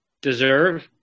Deserve